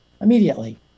immediately